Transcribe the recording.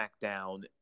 SmackDown